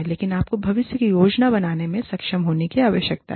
लेकिन आपको भविष्य की योजना बनाने में सक्षम होने की आवश्यकता है